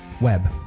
Web